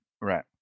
Right